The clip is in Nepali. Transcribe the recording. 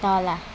तल